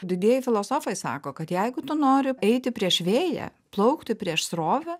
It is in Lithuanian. didieji filosofai sako kad jeigu tu nori eiti prieš vėją plaukti prieš srovę